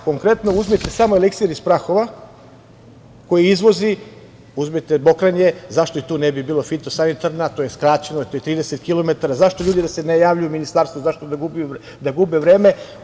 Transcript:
Konkretno uzmite samo „Eliksir“ iz Prahova koji izvozi, uzmite Mokranje, zašto i tu ne bi bila fitosanitarna, to je skraćeno, to je 30 kilometara, zašto ljudi da se ne javljaju Ministarstvu, zašto da gube vreme?